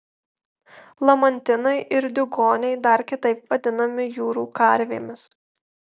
lamantinai ir diugoniai dar kitaip vadinami jūrų karvėmis